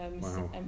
Wow